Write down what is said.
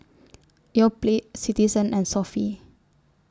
Yoplait Citizen and Sofy